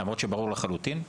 למרות שברור לחלוטין,